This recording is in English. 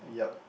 uh yup